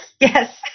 Yes